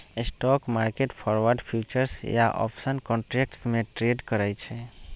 stock market forward, futures या option contracts में trade करई छई